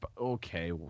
Okay